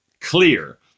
clear